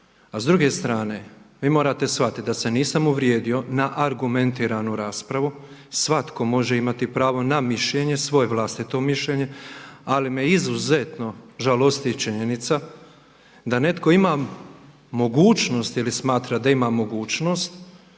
A s druge strane, vi morate shvatiti da se nisam uvrijedio na argumentiranu raspravu. Svatko može imati pravo na mišljenje, svoje vlastito mišljenje ali me izuzetno žalosti činjenica da netko ima mogućnost ili smatra da ima mogućnost